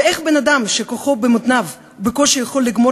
איך בן-אדם שכוחו במותניו בקושי יכול לגמור